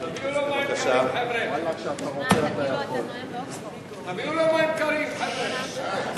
חבר הכנסת פלסנר.